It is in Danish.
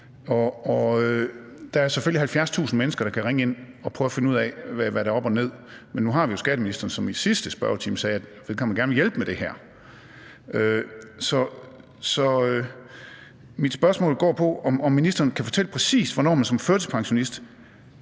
Der er selvfølgelig 70.000 mennesker, der kan ringe ind og prøve at finde ud af, hvad der er op og ned, men nu har vi jo skatteministeren her, som i sidste spørgetid sagde, at han gerne ville hjælpe med det her. Så mit spørgsmål går på, om ministeren kan fortælle, præcis hvornår man som førtidspensionist,